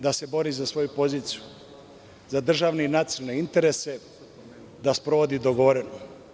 Da se bori za svoju poziciju, za državni i nacionalne interese, da sprovodi dogovoreno.